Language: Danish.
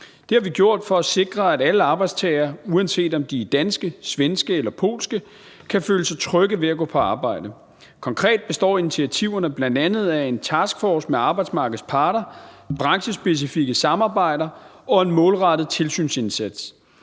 Det har vi gjort for at sikre, at alle arbejdstagere, uanset om de er danske, svenske eller polske, kan føle sig trygge ved at gå på arbejde. Konkret består initiativerne bl.a. af en taskforce med arbejdsmarkedets parter, branchespecifikke samarbejder og en målrettet tilsynsindsats.